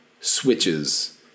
switches